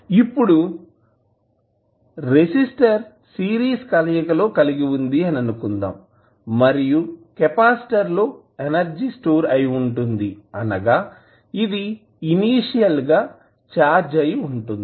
కాబట్టి ఇప్పుడు resistor series కలయిక లో కలిగివుంది అని అనుకుందాం మరియు కెపాసిటర్ లో ఎనర్జీ స్టోర్ అయి ఉంటుంది అనగా ఇది ఇనీషియల్ గా ఛార్జ్ అయి ఉంటుంది